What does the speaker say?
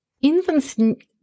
Infants